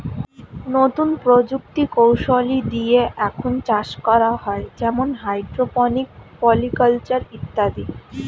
নতুন প্রযুক্তি কৌশলী দিয়ে এখন চাষ করা হয় যেমন হাইড্রোপনিক, পলি কালচার ইত্যাদি